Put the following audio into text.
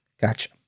Gotcha